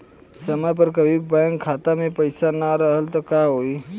समय पर कभी बैंक खाता मे पईसा ना रहल त का होई?